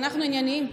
אנחנו ענייניים.